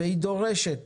והיא דורשת